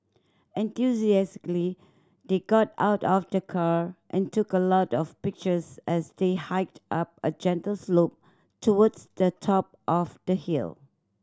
enthusiastically they got out of the car and took a lot of pictures as they hiked up a gentle slope towards the top of the hill